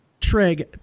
Treg